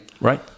Right